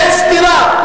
אין סתירה.